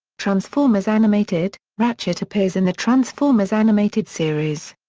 transformers animated ratchet appears in the transformers animated series.